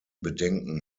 bedenken